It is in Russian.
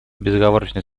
безоговорочной